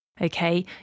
Okay